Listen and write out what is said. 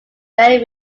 very